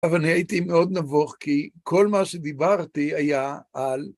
אבל אני הייתי מאוד נבוך, כי כל מה שדיברתי היה על...